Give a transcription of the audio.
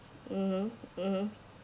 mmhmm mmhmm